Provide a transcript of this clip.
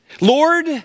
Lord